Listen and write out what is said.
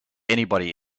anybody